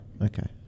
Okay